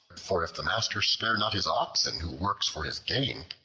for if the master spare not his oxen, who work for his gain,